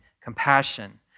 compassion